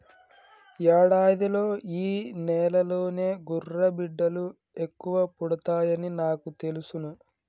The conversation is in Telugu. యాడాదిలో ఈ నెలలోనే గుర్రబిడ్డలు ఎక్కువ పుడతాయని నాకు తెలుసును